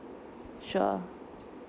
sure